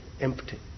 empty